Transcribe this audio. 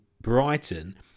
Brighton